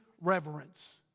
reverence